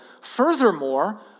Furthermore